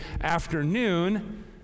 afternoon